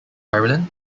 ireland